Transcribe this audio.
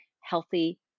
healthy